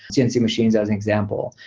cnc machines as an example.